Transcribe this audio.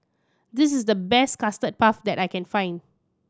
this is the best Custard Puff that I can find